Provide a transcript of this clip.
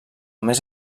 més